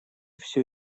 все